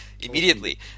immediately